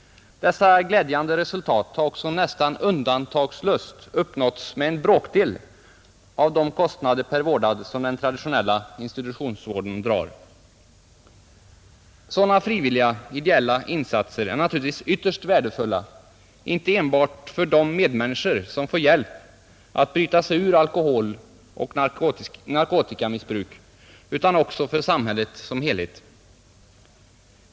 Dessa glädjande resultat har också nästan undantagslöst uppnåtts med en bråkdel av de kostnader per vårdad som den traditionella institutionsvården drar. Sådana frivilliga, ideella insatser är naturligtvis ytterst värdefulla — inte bara för de medmänniskor som får hjälp att bryta sig ur alkoholoch narkotikamissbruk utan också för samhället som helhet.